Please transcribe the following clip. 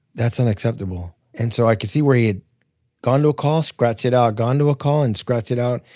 that's unacceptable. and so i could see where he had gone to a call, scratched it out, gone to a call and scratched it out.